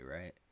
right